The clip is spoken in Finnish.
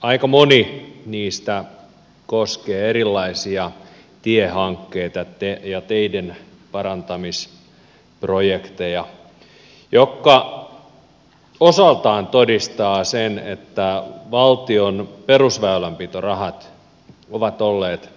aika moni niistä koskee erilaisia tiehankkeita ja teiden parantamisprojekteja mikä osaltaan todistaa sen että valtion perusväylänpitorahat ovat olleet